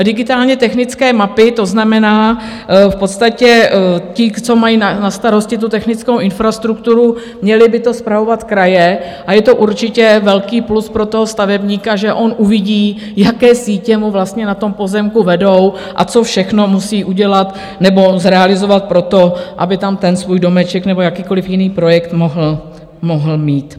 Digitálně technické mapy, to znamená, v podstatě ti, co mají na starosti technickou infrastrukturu měly by to spravovat kraje a je to určitě velký plus pro stavebníka, že on uvidí, jaké sítě mu vlastně na pozemku vedou a co všechno musí udělat nebo zrealizovat pro to, aby tam svůj domeček nebo jakýkoliv jiný projekt mohl mít.